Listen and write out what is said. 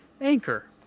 Anchor